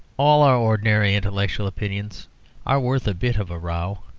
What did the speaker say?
all our ordinary intellectual opinions are worth a bit of a row